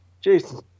Jason